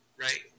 Right